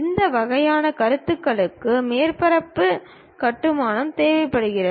இந்த வகையான கருத்துகளுக்கு மேற்பரப்பு கட்டுமானம் தேவைப்படுகிறது